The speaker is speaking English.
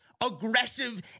aggressive